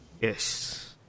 Yes